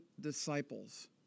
disciples